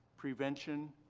prevention,